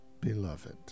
beloved